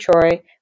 Troy